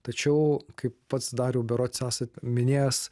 tačiau kaip pats dariau berods esat minėjęs